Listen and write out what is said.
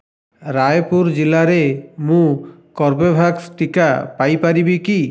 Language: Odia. ରାୟପୁର ଜିଲ୍ଲାରେ ମୁଁ କର୍ବେଭ୍ୟାକ୍ସ ଟିକା ପାଇ ପାରିବି କି